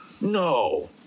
No